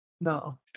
No